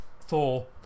Thor